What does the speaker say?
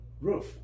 roof